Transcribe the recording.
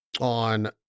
on